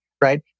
right